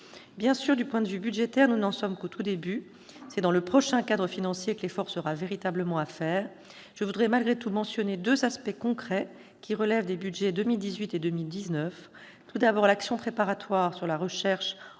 Bien sûr, du point de vue budgétaire, nous n'en sommes qu'au tout début. C'est dans le prochain cadre financier que l'effort sera véritablement à faire. Je voudrais malgré tout mentionner deux aspects concrets qui relèvent des budgets pour 2018 et 2019. Tout d'abord, l'action préparatoire sur la recherche en matière